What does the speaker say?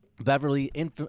Beverly